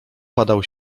padał